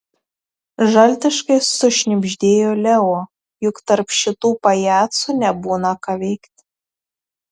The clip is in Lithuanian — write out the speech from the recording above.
žaltiškai sušnibždėjo leo juk tarp šitų pajacų nebūna ką veikti